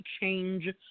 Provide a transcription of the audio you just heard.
change